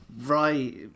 right